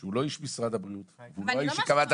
שהוא לא איש משרד הבריאות והוא לא האיש שקבע.